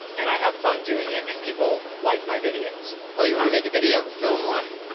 and i have fun doing it and people like my videos. oh, you want to make a video? film one.